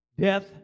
Death